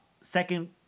second